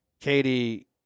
Katie